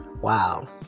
Wow